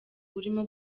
urimo